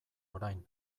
orain